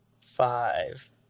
five